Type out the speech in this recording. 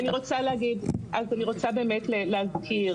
אני רוצה באמת להזכיר,